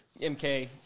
MK